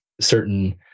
certain